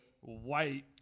white